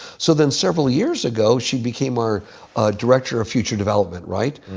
so then several years ago, she became our director of future development. right?